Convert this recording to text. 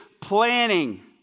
planning